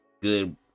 good